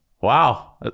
Wow